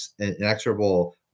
inexorable